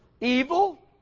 evil